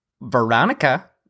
Veronica